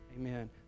Amen